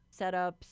setups